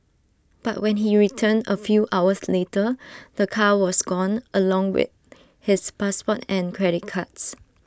but when he returned A few hours later the car was gone along with his passport and credit cards